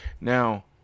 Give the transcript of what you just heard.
Now